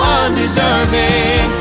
undeserving